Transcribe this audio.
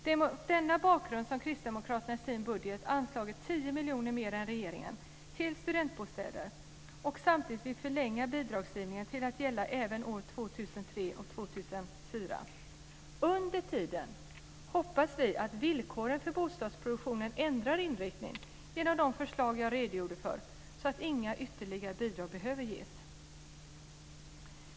Det är mot denna bakgrund som kristdemokraterna i sin budget anslagit 10 miljoner kronor mer än regeringen till studentbostäder och samtidigt vill förlänga bidragsgivningen till att gälla även år Under tiden hoppas vi att villkoren för bostadsproduktionen ändrar inriktning genom de förslag jag redogjorde för så att inga ytterligare bidrag behöver ges.